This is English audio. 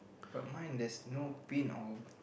but mine there's no bin or